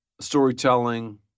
storytelling